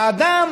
האדם